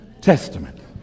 Testament